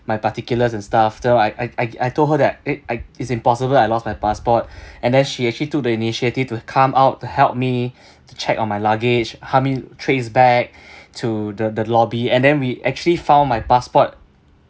my particulars and stuff so I I I I told her that I I it's impossible I lost my passport and then she actually took the initiative to come out to help me to check on my luggage help me trace back to the the lobby and then we actually found my passport